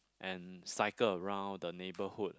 and cycle around the neighbourhood